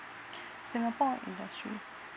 singapore industry